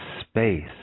space